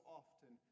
often